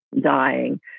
dying